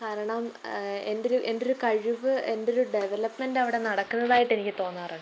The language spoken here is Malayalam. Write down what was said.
കാരണം എൻ്റെ ഒരു എൻ്റെ ഒരു കഴിവ് എൻ്റെ ഒരു ഡെവലപ്മെൻ്റ് നടക്കുന്നതായിട്ട് എനിക്ക് തോന്നാറുണ്ട്